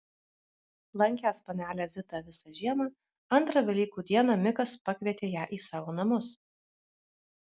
lankęs panelę zitą visą žiemą antrą velykų dieną mikas pakvietė ją į savo namus